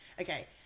Okay